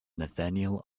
nathanael